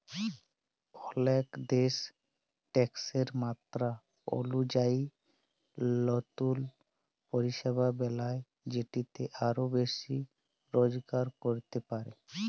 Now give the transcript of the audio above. অলেক দ্যাশ ট্যাকসের মাত্রা অলুজায়ি লতুল পরিষেবা বেলায় যেটতে আরও বেশি রজগার ক্যরতে পারে